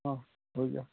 ᱦᱮᱸ ᱦᱳᱭ ᱜᱮ